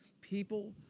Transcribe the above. people